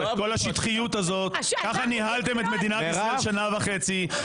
כל השטחיות הזאת ככה ניהלתם את מדינת ישראל במשך שנה וחצי,